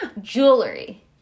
Jewelry